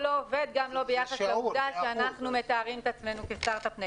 כאן לא עובד גם לא ביחס לעובדה שאנחנו מתארים את עצמנו כאומת סטרטאפ.